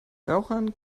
rauchern